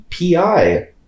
PI